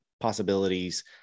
possibilities